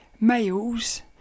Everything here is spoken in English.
males